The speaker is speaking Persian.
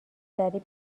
کردی